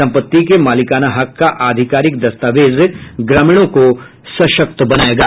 संपत्ति के मालिकाना हक का आधिकारिक दस्तावेज ग्रामीणों को सशक्त बनाएगा